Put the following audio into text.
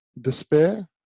despair